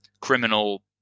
criminal